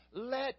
let